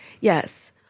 Yes